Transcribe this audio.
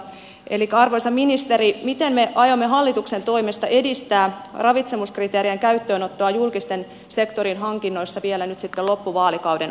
arvoisa ministeri miten me aiomme hallituksen toimesta edistää ravitsemuskriteerien käyttöönottoa julkisen sektorin hankinnoissa vielä nyt sitten loppuvaalikauden aikana